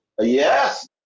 yes